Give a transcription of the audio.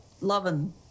loving